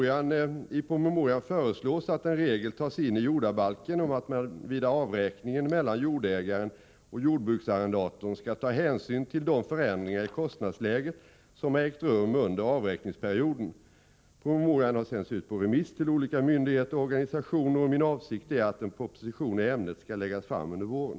I promemorian föreslås att en regel tas in i jordabalken om att man vid avräkningen mellan jordägaren och jordbruksarrendatorn skall ta hänsyn till de förändringar i kostnadsläget som har ägt rum under avräkningsperioden. Promemorian har sänts ut på remiss till olika myndigheter och organisationer. Min avsikt är att en proposition i ämnet skall läggas fram under våren.